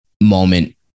moment